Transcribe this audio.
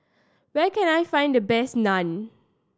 where can I find the best Naan